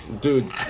dude